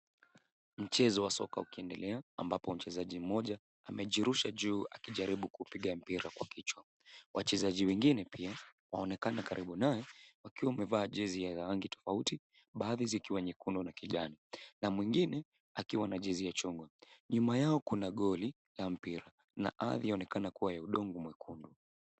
Mchezo wa soka ukiendelea ambapo mchezaji mmoja amejirusha juu akijaribu kupiga mpira kwa kichwa. Wachezaji wengine pia waonekana karibu naye wakiwa wamevaa jezi za rangi tofauti baadhi zikiwa nyekundu na kijani na mwingine, akiwa na jezi ya chungwa. Nyuma yao, kuna goli ya mpira na ardhi yaonekana kuwa ya udongo mwekundu.